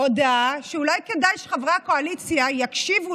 הודעה שאולי כדאי שחברי הקואליציה יקשיבו